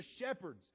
shepherds